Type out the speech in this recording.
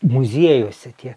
muziejuose tie